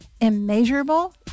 immeasurable